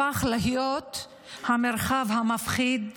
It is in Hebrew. הפך להיות המרחב המפחיד והמאיים,